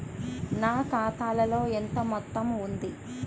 నా ఖాతాలో ఎంత మొత్తం ఉంది?